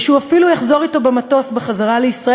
ושהוא אפילו יחזור אתו במטוס לישראל,